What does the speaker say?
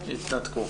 התנתקו.